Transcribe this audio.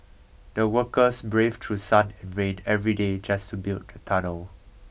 the workers braved through sun and rain every day just to build the tunnel